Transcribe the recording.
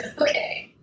Okay